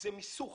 מיסוך